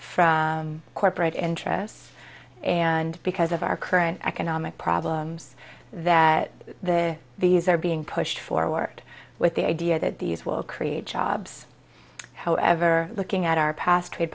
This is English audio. from corporate interests and because of our current economic problems that the these are being pushed forward with the idea that these will create jobs however looking at our past trade